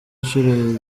ishuri